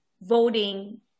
voting